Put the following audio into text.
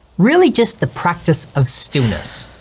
really just the practice of stillness.